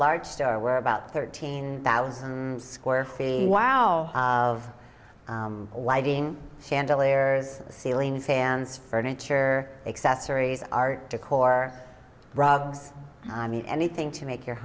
large store where about thirteen thousand square feet wow of lighting chandelier ceilings hands furniture accessories art decor rugs i mean anything to make your